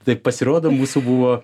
tai pasirodo mūsų buvo